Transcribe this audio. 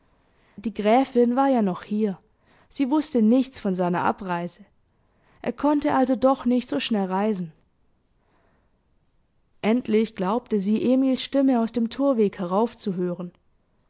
die gräfin war ja noch hier sie wußte nichts von seiner abreise er konnte also doch nicht so schnell reisen endlich glaubte sie emils stimme aus dem torweg herauf